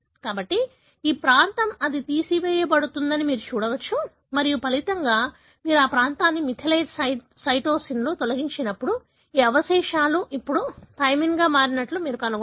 కాబట్టి ఈ ప్రాంతం అది తీసివేయబడుతుందని మీరు చూడవచ్చు మరియు ఫలితంగా మీరు ఈ ప్రాంతాన్ని మిథైలేటెడ్ సైటోసిన్లో తొలగించినప్పుడు ఈ అవశేషాలు ఇప్పుడు థైమిన్గా మారినట్లు మీరు కనుగొంటారు